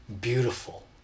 beautiful